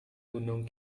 gunung